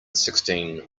sixteen